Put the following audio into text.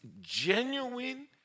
genuine